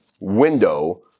window